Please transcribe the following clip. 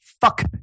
Fuck